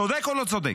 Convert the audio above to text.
צודק או לא צודק?